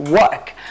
work